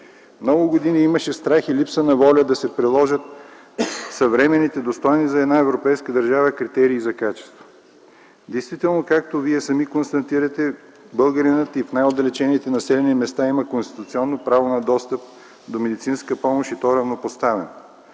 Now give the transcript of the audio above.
Много години имаше страх и липса на воля да се приложат съвременните, достойни за една европейска държава, критерии за качество. Действително, както вие сами констатирате, българинът и в най-отдалечените населени места има конституционно право на достъп до медицинска помощ и той е равнопоставен.